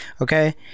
Okay